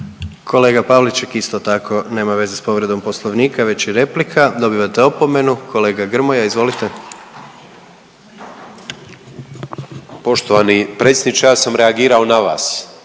Kolega Pavliček isto tako nema veze s povredom poslovnika već je replika dobivate opomenu. Kolega Grmoja izvolite. **Grmoja, Nikola (MOST)** Poštovani predsjedniče. Ja sam reagirao na vas,